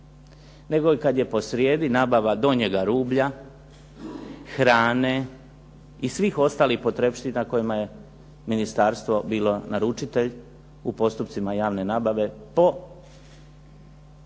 nego kada je posrijedi nabava donjega rublja, hrane i svih ostalih potrepština koje je ministarstvo bilo naručitelj u postupcima javne nabave po onom